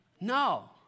No